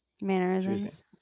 mannerisms